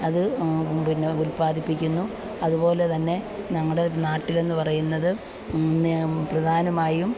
അത് പിന്നെ ഉൽപ്പാദിപ്പിക്കുന്നു അതുപോലെ തന്നെ ഞങ്ങളുടെ നാട്ടിലെന്നു പറയുന്നത് പ്രധാനമായും